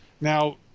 Now